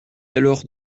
alors